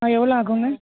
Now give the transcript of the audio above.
ஆ எவ்வளோ ஆகுதுங்க